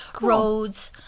roads